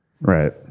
Right